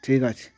ঠিক আছে